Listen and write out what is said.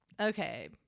Okay